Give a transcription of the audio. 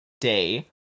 day